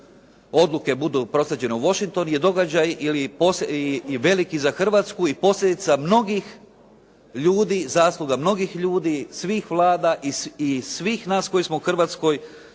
odluke budu proslijeđene u Washington je događaj veliki za Hrvatsku i posljedica mnogih ljudi zasluga, mnogih ljudi svih Vlada i svih nas koji smo u Hrvatskoj